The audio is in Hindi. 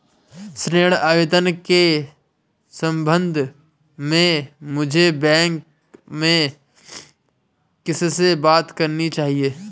ऋण आवेदन के संबंध में मुझे बैंक में किससे बात करनी चाहिए?